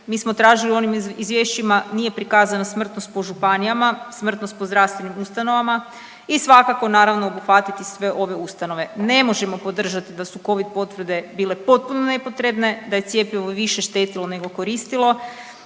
Mi smo tražili u onim izvješćima, nije prikazana smrtnost po županijama, smrtnost po zdravstvenim ustanovama i svakako naravno obuhvatiti sve ove ustanove. Ne možemo podržati da su covid potvrde bile potpuno nepotrebne, da je cjepivo više štetilo nego koristilo,